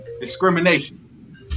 discrimination